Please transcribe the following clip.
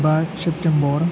बा सेप्तेम्बर